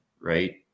right